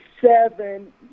seven